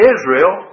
Israel